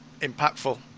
impactful